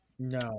No